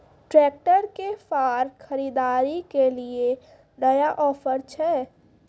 Tractor के फार खरीदारी के लिए नया ऑफर छ?